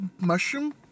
mushroom